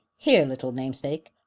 here, little namesake,